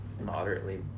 moderately